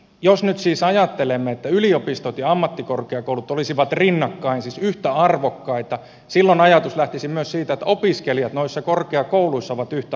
jos nyt siis ajattelemme että yliopistot ja ammattikorkeakoulut olisivat rinnakkain siis yhtä arvokkaita silloin ajatus lähtisi myös siitä että opiskelijat noissa korkeakouluissa ovat yhtä arvokkaita keskenään